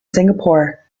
singapore